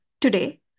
Today